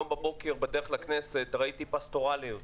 הבוקר בדרך לכנסת ראיתי פסטורליות.